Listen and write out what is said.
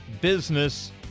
Business